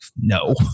no